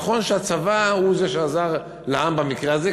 נכון שהצבא הוא זה שעזר לעם במקרה הזה,